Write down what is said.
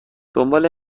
دنبال